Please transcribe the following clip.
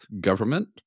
government